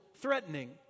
threatening